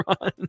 run